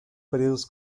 períodos